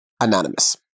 Anonymous